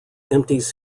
empties